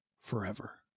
forever